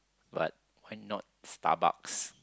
but why not Starbucks